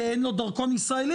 כי אין לו דרכון ישראלי,